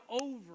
over